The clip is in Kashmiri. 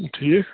ٹھیٖک